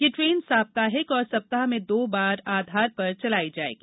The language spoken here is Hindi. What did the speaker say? ये ट्रेन साप्ताहिक और सप्ताह में दो बार आधार पर चलायी जाएगी